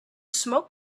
smoke